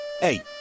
Hey